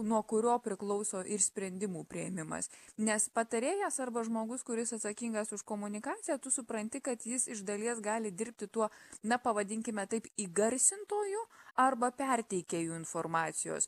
nuo kurio priklauso ir sprendimų priėmimas nes patarėjas arba žmogus kuris atsakingas už komunikaciją tu supranti kad jis iš dalies gali dirbti tuo na pavadinkime taip įgarsintoju arba perteikia jų informacijos